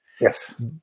Yes